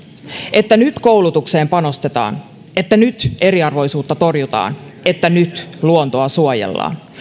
että nyt koulutukseen panostetaan että nyt eriarvoisuutta torjutaan että nyt luontoa suojellaan